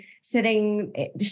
sitting